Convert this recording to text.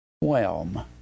whelm